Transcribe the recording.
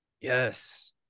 Yes